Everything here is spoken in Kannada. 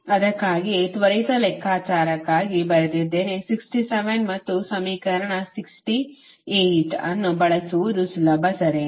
ಅದಕ್ಕಾಗಿಯೇ ತ್ವರಿತ ಲೆಕ್ಕಾಚಾರಕ್ಕಾಗಿ ಬರೆದಿದ್ದೇನೆ 67 ಸಮೀಕರಣ ಮತ್ತು 68 ಅನ್ನು ಬಳಸುವುದು ಸುಲಭ ಸರಿನಾ